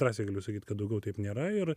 drąsiai galiu sakyt kad daugiau taip nėra ir